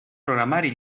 programari